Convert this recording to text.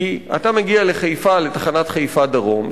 כי אתה מגיע לתחנת חיפה דרום,